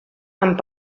amb